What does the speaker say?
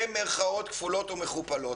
ואני אומר את זה במירכאות כפולות ומכופלות.